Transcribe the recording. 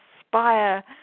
inspire